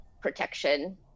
protection